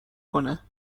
کنه